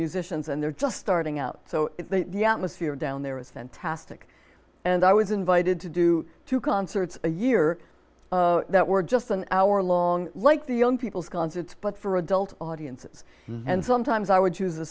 musicians and they're just starting out so the atmosphere down there is fantastic and i was invited to do two concerts a year that were just an hour long like the young people's concerts but for adult audiences and sometimes i would choose